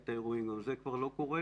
את האירועים אבל גם זה כבר לא קורה.